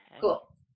Cool